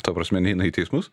ta prasme neina į teismus